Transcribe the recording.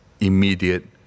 immediate